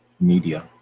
media